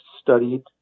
studied